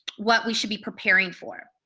what we should be preparing for?